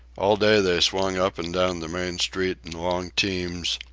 all day they swung up and down the main street in long teams,